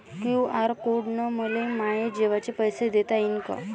QR code न मले माये जेवाचे पैसे देता येईन का?